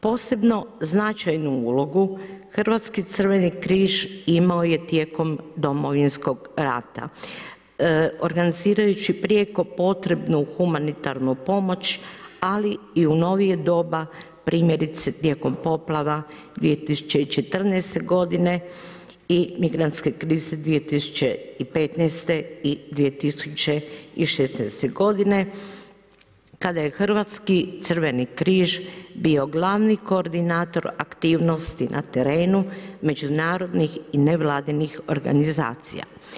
Posebno značajnu ulogu Hrvatski crveni križ imao je tijekom Domovinskog rata organizirajući prijeko potrebnu humanitarnu pomoć ali i u novije doba primjerice tijekom poplava 2014. godine i migrantske krize 2015. i 2016. godine kada je Hrvatski crveni križ bio glavni koordinator aktivnosti na terenu međunarodnih i nevladinih organizacija.